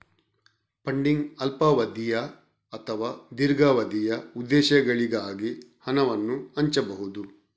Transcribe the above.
funding ಅಲ್ಪಾವಧಿಯ ಅಥವಾ ದೀರ್ಘಾವಧಿಯ ಉದ್ದೇಶಗಳಿಗಾಗಿ ಹಣವನ್ನು ಹಂಚಬಹುದು